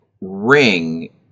ring